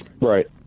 Right